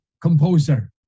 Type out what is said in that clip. composer